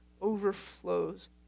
overflows